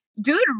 Dude